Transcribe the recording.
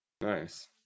Nice